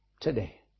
today